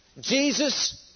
Jesus